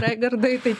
raigardai tai